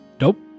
Nope